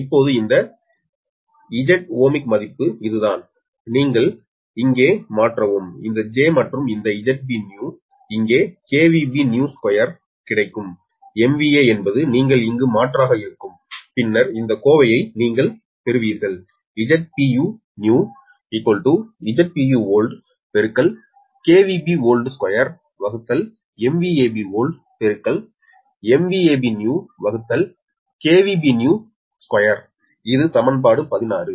இப்போது இந்த Z ohmic மதிப்பு இதுதான் நீங்கள் இங்கே மாற்றவும் இந்த j மற்றும் இந்த ZBnew இங்கே B new2கிடைக்கும் MVA என்பது நீங்கள் இங்கு மாற்றாக இருக்கும் பின்னர் இந்த கோவையை நீங்கள் பெறுவீர்கள் இது சமன்பாடு 16